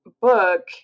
book